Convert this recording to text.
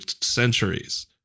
centuries